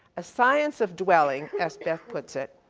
a science of dwelling as beth puts it,